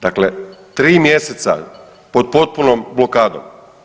Dakle, tri mjeseca pod potpunom blokadom.